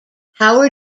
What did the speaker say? howard